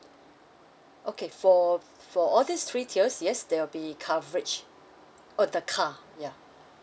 okay for for all these three tiers yes there will be coverage uh the car ya